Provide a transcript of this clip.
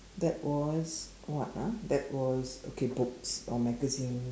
that was what ah that was okay books or magazines